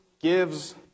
gives